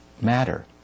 matter